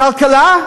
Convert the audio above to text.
כלכלה?